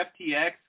FTX